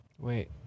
Wait